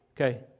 okay